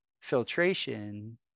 filtration